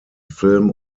film